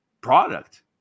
product